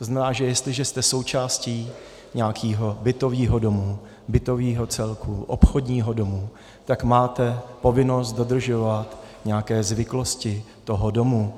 To znamená, že jestliže jste součástí nějakého bytového domu, bytového celku, obchodního domu, tak máte povinnost dodržovat nějaké zvyklosti toho domu.